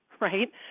right